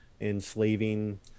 enslaving